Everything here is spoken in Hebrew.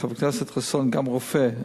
חבר הכנסת חסון, גם רופא,